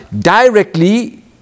directly